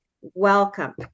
Welcome